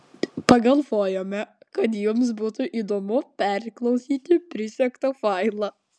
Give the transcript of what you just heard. pagalvojome kad jums būtų įdomu perklausyti prisegtą failą